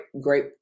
great